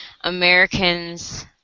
Americans